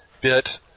bit